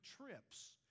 trips